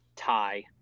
Tie